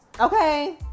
Okay